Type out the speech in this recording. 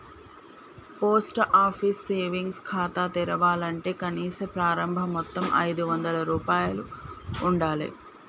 post office savings ఖాతా తెరవాలంటే కనీస ప్రారంభ మొత్తం ఐదొందల రూపాయలు ఉండాలె